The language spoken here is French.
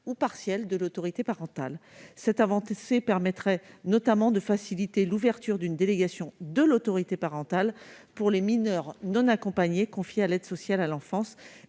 partielle de l'autorité parentale. Cette avancée permettrait notamment de faciliter l'ouverture d'une délégation de l'autorité parentale pour les mineurs non accompagnés confiés à l'aide sociale à l'enfance.